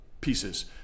pieces—